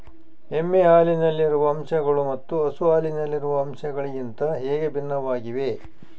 ಎಮ್ಮೆ ಹಾಲಿನಲ್ಲಿರುವ ಅಂಶಗಳು ಮತ್ತು ಹಸು ಹಾಲಿನಲ್ಲಿರುವ ಅಂಶಗಳಿಗಿಂತ ಹೇಗೆ ಭಿನ್ನವಾಗಿವೆ?